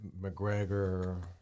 McGregor